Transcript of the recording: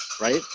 right